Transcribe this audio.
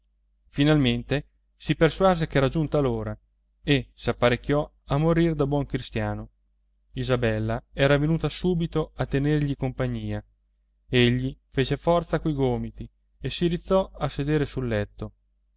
finalmente si persuase ch'era giunta l'ora e s'apparecchiò a morire da buon cristiano isabella era venuta subito a tenergli compagnia egli fece forza coi gomiti e si rizzò a sedere sul letto